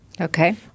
Okay